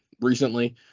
recently